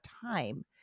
time